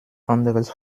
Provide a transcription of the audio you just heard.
anderes